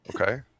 Okay